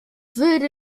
würde